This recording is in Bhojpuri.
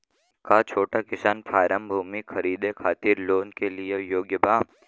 का छोटा किसान फारम भूमि खरीदे खातिर लोन के लिए योग्य बा?